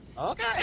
Okay